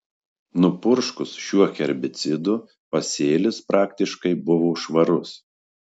nupurškus šiuo herbicidu pasėlis praktiškai buvo švarus